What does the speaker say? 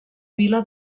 vila